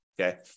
Okay